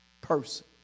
person